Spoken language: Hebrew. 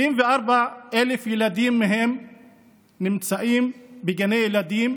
24,000 ילדים מהם נמצאים בגני ילדים,